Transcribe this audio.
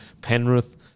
Penrith